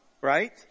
right